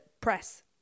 press